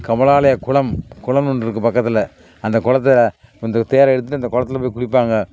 கமலாலய குளம் குளம் ஒன்று இருக்குது பக்கத்தில் அந்தக் குளத்துல இந்த தேரை இழுத்துட்டு அந்தக் குளத்துல போய் குளிப்பாங்க